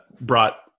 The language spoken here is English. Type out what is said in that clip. brought